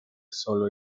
solo